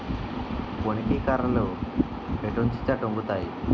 పోనీకి కర్రలు ఎటొంచితే అటొంగుతాయి